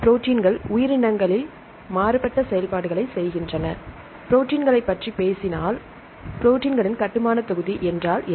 ப்ரோடீன்கள் உயிரினங்களில் மாறுபட்ட கட்டுமானத் தொகுதி என்றால் என்ன